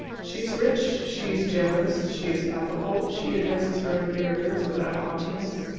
she is rich, she is generous, she is affable, she addresses her inferiors without haughtiness.